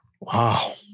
Wow